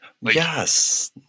Yes